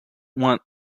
want